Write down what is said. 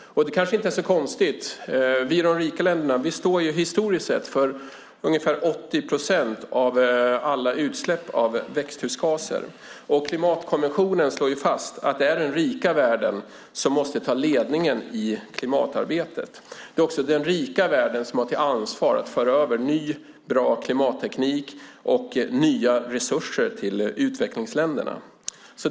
Det kanske inte är så konstigt. Vi i de rika länderna står historiskt sett för ungefär 80 procent av alla utsläpp av växthusgaser. Klimatkonventionen slår fast att det är den rika världen som måste ta ledningen i klimatarbetet. Det är också den rika världen som har ansvar för att föra över ny bra klimatteknik och nya resurser till utvecklingsländerna.